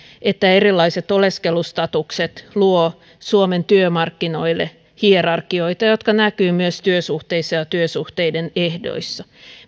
että erilaiset oleskelustatukset luovat suomen työmarkkinoille hierarkioita jotka näkyvät myös työsuhteissa ja ja työsuhteiden ehdoissa